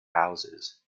houses